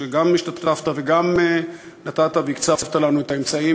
שגם השתתפת וגם נתת והקצבת לנו את האמצעים